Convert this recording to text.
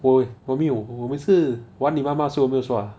我我没有我每次玩你妈妈的时候我没有刷